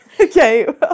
Okay